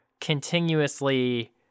continuously